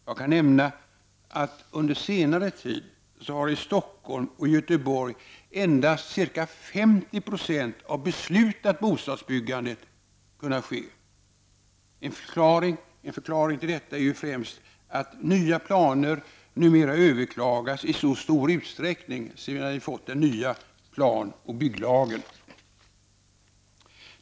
Jag kan nämna, att under senare tid har i Stockholm och Göteborg endast ca 50 90 av beslutat bostadsbyggande kunnat ske. En förklaring till detta är främst att nya planer numera överklagas i så stor utsträckning sedan den nya planoch bygglagen infördes.